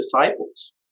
disciples